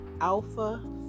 Alpha